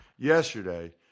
yesterday